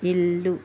ఇల్లు